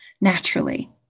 naturally